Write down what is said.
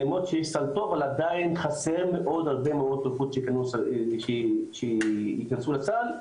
למרות שיש סל טוב אבל עדיין חסר הרבה מאוד תרופות שיכנסו לסל,